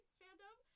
fandom